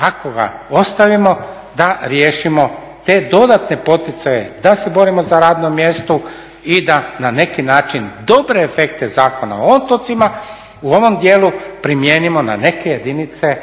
ako ga ostavimo da riješimo te dodatne poticaje da se borimo za radno mjesto i da na neki način dobre efekte Zakona o otocima u ovom dijelu primijenimo na neke jedinice